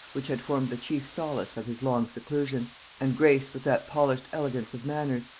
which had formed the chief solace of his long seclusion and graced with that polished elegance of manners,